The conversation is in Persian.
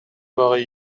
واقعی